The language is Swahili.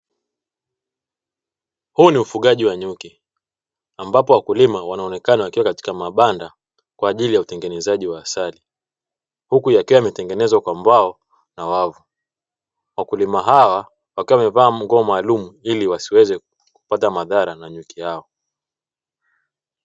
Huu ni ufugaji wa nyuki, ambapo wakulima wanaoneka wakiwa katika mabanda kwa ajili ya utendenezaji wa asali, huku yakiwa yametengenezwa kwa mbao na wavu. Wakulima hawa wakiwa wamevaa nguo maalumu ili wasiweze kupata madhara na nyuki hao.